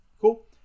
Cool